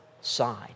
side